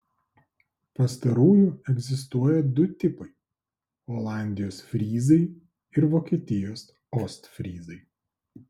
pastarųjų egzistuoja du tipai olandijos fryzai ir vokietijos ostfryzai